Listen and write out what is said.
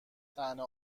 طعنه